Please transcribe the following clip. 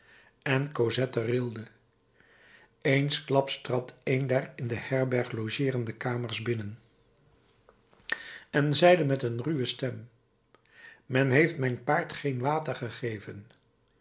en cosette rilde eensklaps trad een der in de herberg logeerende kramers binnen en zeide met ruwe stem men heeft mijn paard geen water gegeven